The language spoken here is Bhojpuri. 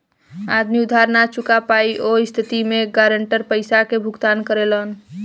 आदमी उधार ना चूका पायी ओह स्थिति में गारंटर पइसा के भुगतान करेलन